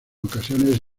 ocasiones